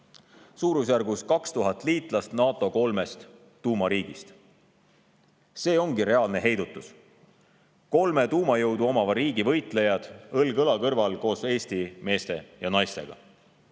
suurusjärgus 2000 liitlasväelast NATO kolmest tuumariigist. See ongi reaalne heidutus: kolme tuumajõudu omava riigi võitlejad õlg õla kõrval koos Eesti meeste ja naistega.